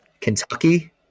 Kentucky